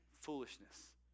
foolishness